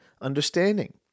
understanding